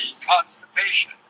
constipation